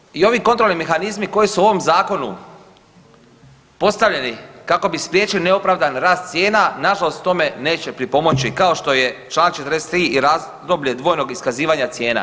Isto tako, i ovi kontrolni mehanizmi koji su u ovom zakonu postavljeni kako bi spriječili neopravdan rast cijena nažalost tome neće pripomoći kao što je član 43. i razdoblje dvojnog iskazivanja cijena.